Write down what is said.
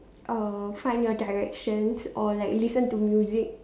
uh find my directions or like listen to music